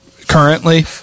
currently